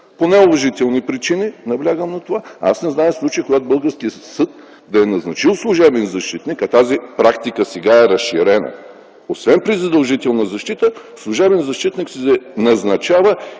по неуважителни причини – наблягам на това! – аз не зная случай, когато българският съд да е назначил служебен защитник, а тази практика сега е разширена, освен при задължителна защита служебен защитник се назначава